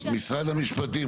משרד המשפטים,